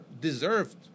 deserved